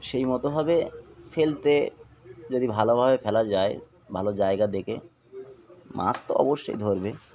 সেই মতোভাবে ফেলতে যদি ভালোভাবে ফেলা যায় ভালো জায়গা দেখে মাছ তো অবশ্যই ধরবে